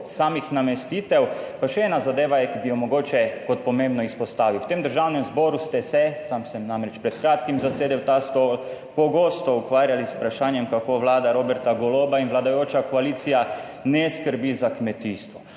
samih namestitev. Pa še ena zadeva je, ki bi jo mogoče kot pomembno izpostavil, v tem Državnem zboru ste se, sam sem namreč pred kratkim zasedel ta stol, pogosto ukvarjali z vprašanjem, kako Vlada Roberta Goloba in vladajoča koalicija ne skrbi za kmetijstvo.